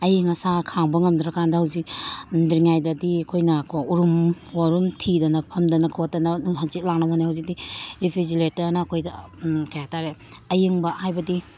ꯑꯏꯪ ꯑꯁꯥ ꯈꯥꯡꯕ ꯉꯝꯗ꯭ꯔ ꯀꯥꯟꯗ ꯍꯧꯖꯤꯛ ꯉꯝꯗ꯭ꯔꯤꯉꯥꯏꯗꯗꯤ ꯑꯩꯈꯣꯏꯅꯀꯣ ꯎꯔꯨꯝ ꯋꯥꯔꯨꯝ ꯊꯤꯗꯅ ꯐꯝꯗꯅ ꯈꯣꯠꯇꯅ ꯍꯪꯆꯤꯠ ꯂꯥꯡꯅꯕ ꯍꯣꯠꯅꯩ ꯍꯧꯖꯤꯛꯇꯤ ꯔꯤꯐ꯭ꯔꯤꯖꯦꯔꯦꯇꯔꯅ ꯑꯩꯈꯣꯏꯗ ꯀꯔꯤ ꯍꯥꯏꯇꯔꯦ ꯑꯏꯪꯕ ꯍꯥꯏꯕꯗꯤ